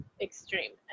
extreme